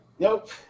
Nope